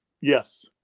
yes